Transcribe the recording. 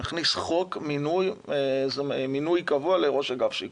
נכניס חוק מינוי קבוע לראש אגף השיקום,